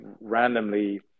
randomly